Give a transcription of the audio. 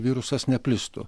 virusas neplistų